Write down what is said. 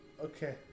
Okay